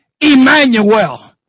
Emmanuel